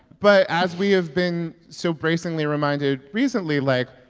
but as we have been so bracingly reminded recently, like,